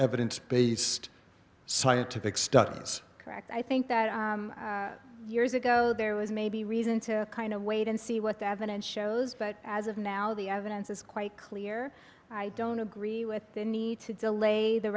evidence based scientific studies correct i think that years ago there was maybe reason to kind of wait and see what the evidence shows but as of now the evidence is quite clear i don't agree with the need to delay the